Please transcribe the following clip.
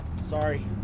sorry